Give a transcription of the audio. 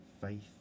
Faith